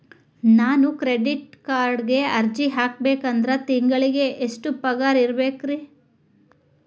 ನಾನು ಕ್ರೆಡಿಟ್ ಕಾರ್ಡ್ಗೆ ಅರ್ಜಿ ಹಾಕ್ಬೇಕಂದ್ರ ತಿಂಗಳಿಗೆ ಎಷ್ಟ ಪಗಾರ್ ಇರ್ಬೆಕ್ರಿ?